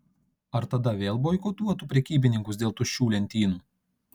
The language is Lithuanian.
ar tada vėl boikotuotų prekybininkus dėl tuščių lentynų